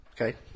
Okay